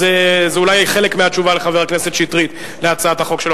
אז זה אולי חלק מהתשובה לחבר הכנסת שטרית על הצעת החוק שלו.